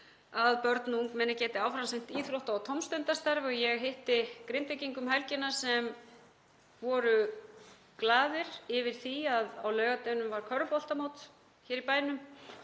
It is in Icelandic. að börn og ungmenni geti áfram sinnt íþrótta- og tómstundastarfi. Ég hitti Grindvíkinga um helgina sem voru glaðir yfir því að á laugardeginum var körfuboltamót hér í bænum